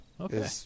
okay